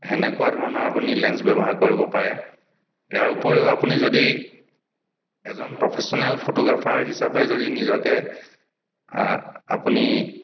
সেনেকুৱা ধৰণৰ আপুনি লেঞ্চ ব্যৱহাৰ কৰিব পাৰে ইয়াৰ উপৰিও আপুনি যদি এজন প্ৰফেশ্যনেল ফটোগ্ৰাফাৰ হিচাপে যদি নিজকে আপুনি